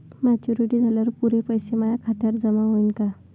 Maturity झाल्यावर पुरे पैसे माया खात्यावर जमा होईन का?